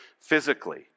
physically